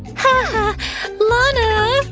haha lana?